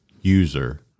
user